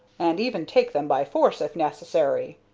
and even take them by force if necessary.